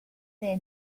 their